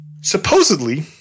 supposedly